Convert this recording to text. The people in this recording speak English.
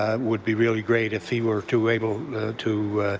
um would be really great if he were to able to